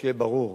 שיהיה ברור,